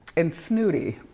and snooty.